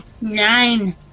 nine